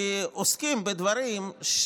כי עוסקים בדברים,